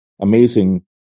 amazing